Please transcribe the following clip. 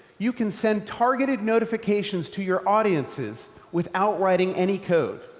you can send targeted notifications to your audiences without writing any code.